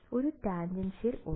ഒരു ടാൻ ഉണ്ട്